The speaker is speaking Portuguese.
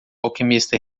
alquimista